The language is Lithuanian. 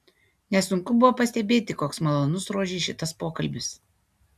nesunku buvo pastebėti koks malonus rožei šitas pokalbis